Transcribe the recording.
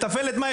לתפעל את מה?